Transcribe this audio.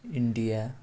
India